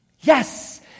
Yes